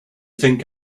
think